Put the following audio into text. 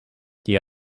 the